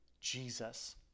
Jesus